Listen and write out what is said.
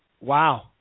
Wow